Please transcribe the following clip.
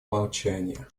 молчание